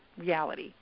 reality